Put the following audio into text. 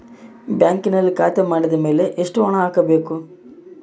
ಬ್ಯಾಂಕಿನಲ್ಲಿ ಖಾತೆ ಮಾಡಿದ ಮೇಲೆ ಎಷ್ಟು ಹಣ ಹಾಕಬೇಕು?